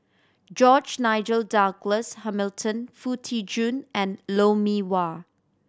George Nigel Douglas Hamilton Foo Tee Jun and Lou Mee Wah